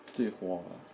最火的